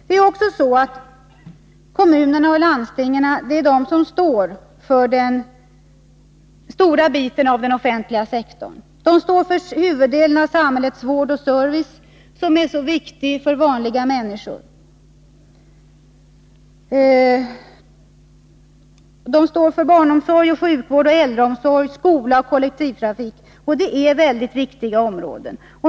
Det är kommunerna och landstingen som står för drygt två tredjedelar av hela den offentliga sektorn. De står för huvuddelen av samhällets vård och service som är så viktig för vanliga människor — barnomsorg, sjukvård, äldreomsorg, skola och kollektivtrafik m.m. Det är mycket viktiga områden.